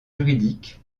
juridiques